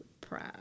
proud